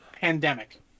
Pandemic